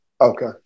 Okay